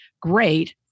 great